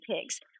pigs